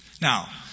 Now